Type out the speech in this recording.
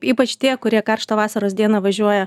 ypač tie kurie karštą vasaros dieną važiuoja